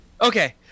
Okay